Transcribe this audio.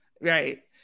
Right